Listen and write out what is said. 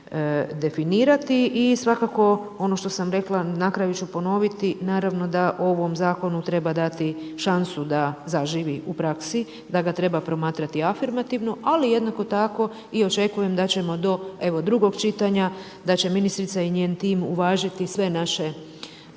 definirati. I svakako ono što sam rekla, na kraju ću ponoviti, naravno da ovom zakonu treba dati šansu da zaživi u praksi, da ga treba promatrati afirmativno, ali jednako tako i očekujem da ćemo do drugog čitanja, da će ministrica i njen tim uvažiti sve naše